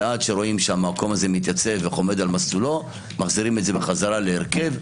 וכשרואים שהמקום הזה מתייצב ועומד על מסלולו מחזירים את זה בחזרה להרכב.